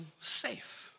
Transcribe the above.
safe